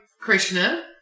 Krishna